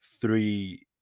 three